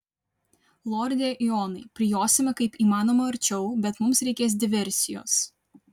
lorde eonai prijosime kaip įmanoma arčiau bet mums reikės diversijos